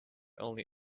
only